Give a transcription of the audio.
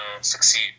succeed